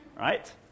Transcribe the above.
Right